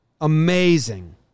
Amazing